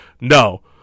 No